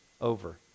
over